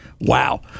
wow